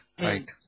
right